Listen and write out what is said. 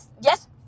yes